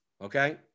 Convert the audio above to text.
okay